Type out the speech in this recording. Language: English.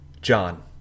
John